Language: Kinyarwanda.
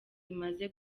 imaze